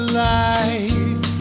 life